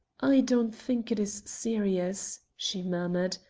i don't think it is serious, she murmured.